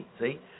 See